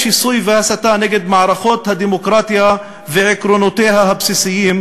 שיסוי והסתה נגד מערכות הדמוקרטיה ועקרונותיה הבסיסיים,